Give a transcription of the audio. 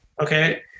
okay